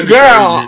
Girl